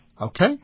Okay